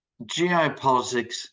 geopolitics